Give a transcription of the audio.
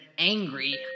angry